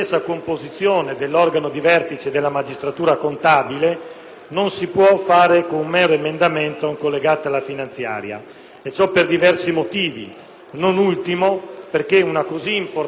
non si può realizzare con un mero emendamento ed un collegato alla finanziaria. Ciò per diversi motivi, non ultimo perché una così importante riforma delle attribuzioni e della struttura della Corte dei conti